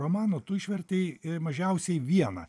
romanų tu išvertei mažiausiai vieną